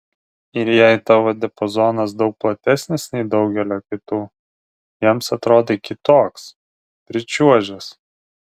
ir jei tavo diapazonas daug platesnis nei daugelio kitų jiems atrodai kitoks pričiuožęs